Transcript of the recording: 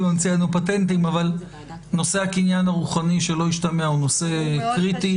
נושא הקניין הרוחני הוא קריטי,